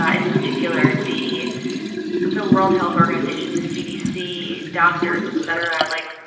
ah in particular, the the world health organization, the cdc, doctors, et cetera like,